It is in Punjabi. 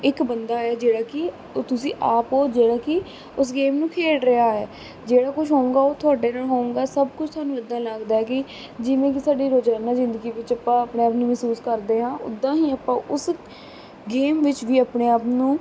ਇੱਕ ਬੰਦਾ ਹੈ ਜਿਹੜਾ ਕਿ ਉਹ ਤੁਸੀਂ ਆਪ ਔ ਜਿਹੜਾ ਕਿ ਉਸ ਗੇਮ ਨੂੰ ਖੇਡ ਰਿਹਾ ਹੈ ਜਿਹੜਾ ਕੁਝ ਹੋਊਗਾ ਉਹ ਤੁਹਾਡੇ ਨਾਲ ਹੋਊਗਾ ਸਭ ਕੁਝ ਸਾਨੂੰ ਇੱਦਾਂ ਲੱਗਦਾ ਕਿ ਜਿਵੇਂ ਕਿ ਸਾਡੀ ਰੋਜ਼ਾਨਾ ਜ਼ਿੰਦਗੀ ਵਿੱਚ ਆਪਾਂ ਆਪਣੇ ਆਪ ਨੂੰ ਮਹਿਸੂਸ ਕਰਦੇ ਹਾਂ ਉੱਦਾਂ ਹੀ ਆਪਾਂ ਉਸ ਗੇਮ ਵਿੱਚ ਵੀ ਆਪਣੇ ਆਪ ਨੂੰ